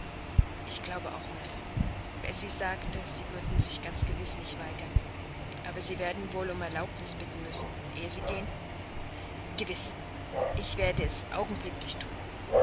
ich glaube auch miß bessie sagte sie würden sich ganz gewiß nicht weigern aber sie werden wohl um erlaubnis bitten müssen ehe sie gehen gewiß und ich werde es augenblicklich thun